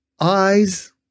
eyes